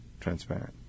transparent